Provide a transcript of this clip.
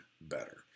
better